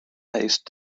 based